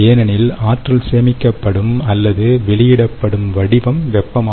ஏனெனில் ஆற்றல் சேமிக்கப்படும் அல்லது வெளியிடப்படும் வடிவம் வெப்பம்